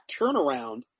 turnaround